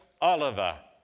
Oliver